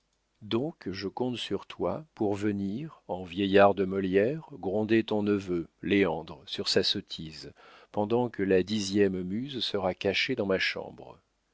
donc je compte sur toi pour venir en vieillard de molière gronder ton neveu léandre sur sa sottise pendant que la dixième muse sera cachée dans ma chambre